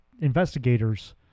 Investigators